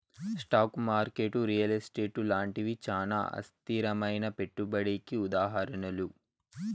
stock market real estate లాంటివి చానా అస్థిరమైనా పెట్టుబడికి ఉదాహరణలు